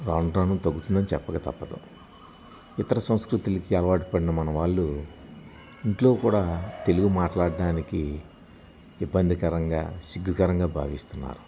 రాను రాను తగ్గుతుందని చెప్పగా తప్పదు ఇతర సంస్కృతులకి అలవాటు పడిన మనవాళ్ళు ఇంట్లో కూడా తెలుగు మాట్లాడ్డానికి ఇబ్బందికరంగా సిగ్గుకరంగా భావిస్తున్నారు